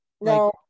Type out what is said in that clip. no